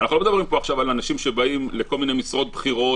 אנחנו לא מדברים פה עכשיו על אנשים שבאים לכל מיני משרות בכירות,